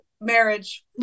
marriage